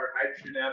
hydrogen